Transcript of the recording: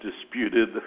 disputed